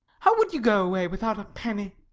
how would you go away without a penny?